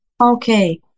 Okay